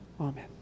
Amen